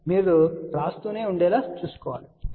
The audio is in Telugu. కాబట్టి మీరు వ్రాస్తూనే ఉండేలా చూసుకోవాలి